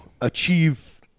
achieve